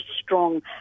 strong